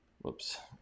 whoops